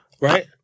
Right